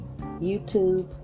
YouTube